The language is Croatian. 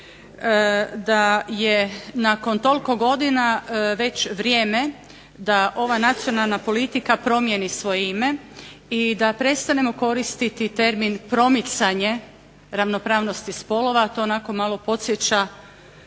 da je nakon toliko godina već vrijeme da ova nacionalna politika promijeni svoje ime i da prestanemo koristiti termin promicanje ravnopravnosti spolova, to onako malo podsjeća,